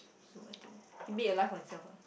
so I think he made a life for himself